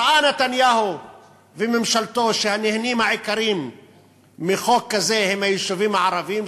ראו נתניהו וממשלתו שהנהנים העיקריים מחוק כזה הם היישובים הערביים,